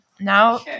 Now